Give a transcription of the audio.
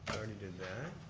already did that.